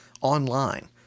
online